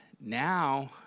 now